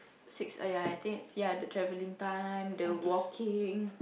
six oh yeah I think it's the travelling time the walking